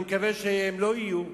אני מקווה שהן לא יהיו,